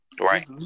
Right